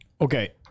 Okay